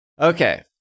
Okay